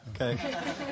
Okay